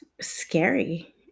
scary